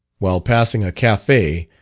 while passing a cafe,